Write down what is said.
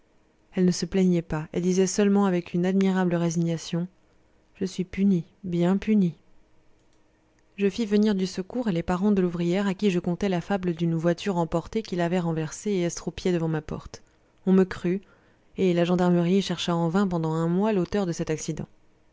elle ne se plaignait pas et disait seulement avec une admirable résignation je suis punie bien punie je fis venir du secours et les parents de l'ouvrière à qui je contai la fable d'une voiture emportée qui l'avait renversée et estropiée devant ma porte on me crut et la gendarmerie chercha en vain pendant un mois l'auteur de cet accident